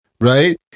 Right